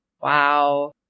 wow